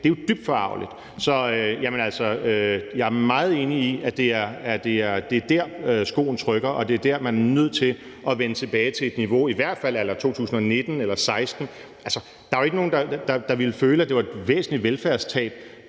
Det er jo dybt forargeligt. Så jeg er meget enig i, at det er der, skoen trykker, og at det er der, man er nødt til at vende tilbage til et niveau, i hvert fald a la 2019 eller 2016. Altså, der er jo ikke nogen, der ville føle, at det var et væsentligt velfærdstab